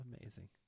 Amazing